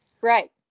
right